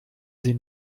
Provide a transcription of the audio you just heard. sie